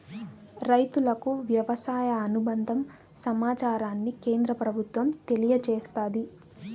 రైతులకు వ్యవసాయ అనుబంద సమాచారాన్ని కేంద్ర ప్రభుత్వం తెలియచేస్తాది